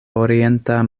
orienta